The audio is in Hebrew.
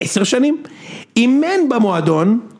עשר שנים, אימן במועדון.